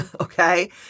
Okay